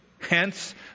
Hence